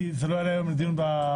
כי זה לא יעלה היום לדיון במליאה.